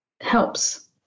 helps